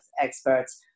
experts